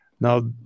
Now